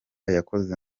yakoze